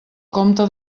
compte